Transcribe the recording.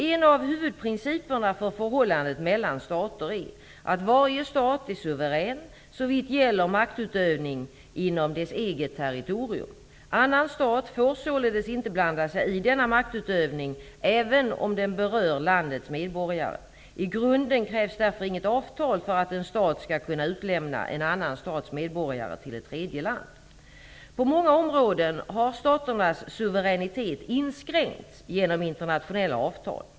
En av huvudprinciperna för förhållandet mellan stater är att varje stat är suverän såvitt gäller maktutövning inom dess eget territorium. Annan stat får således inte blanda sig i denna maktutövning, även om den berör det landets medborgare. I grunden krävs därför inget avtal för att en stat skall kunna utlämna en annan stats medborgare till ett tredje land. På många områden har staternas suveränitet inskränkts genom internationella avtal.